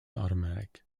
automatic